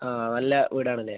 ആ നല്ല വീടാണല്ലേ